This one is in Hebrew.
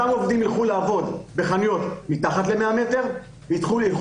אותם עובדים ילכו לעבוד בחנויות מתחת ל-100 מטרים וילכו